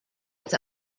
its